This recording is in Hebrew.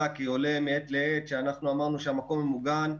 מעת לעת עולה שאנחנו אמרנו שהמקום ממוגן.